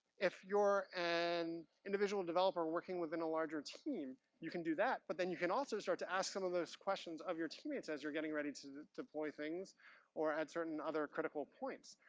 if you're an individual developer working within a larger team, you can do that, but then you can also start to ask some of those questions of your teammates as you're getting ready to deploy things or at certain other critical points.